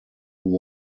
who